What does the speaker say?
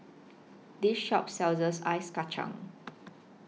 This Shop Ice Kachang